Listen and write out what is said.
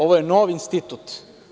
Ovo je novi institut.